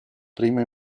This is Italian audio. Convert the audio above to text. prima